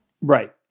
Right